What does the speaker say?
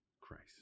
Christ